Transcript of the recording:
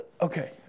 Okay